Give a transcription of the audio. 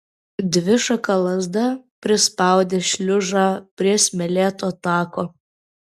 dvišaka lazda prispaudė šliužą prie smėlėto tako